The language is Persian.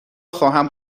خواهم